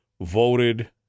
voted